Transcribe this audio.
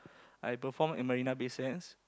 I perform at Marina-Bay-Sands